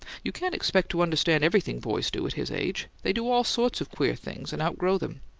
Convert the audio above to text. you can't expect to understand everything boys do at his age they do all sorts of queer things, and outgrow them.